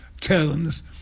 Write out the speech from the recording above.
tones